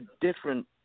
different